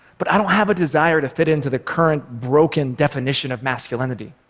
but i don't have a desire to fit into the current broken definition of masculinity,